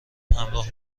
همراه